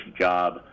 job